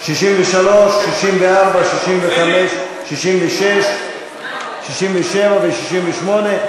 63, 64, 65, 66, 67 ו-68.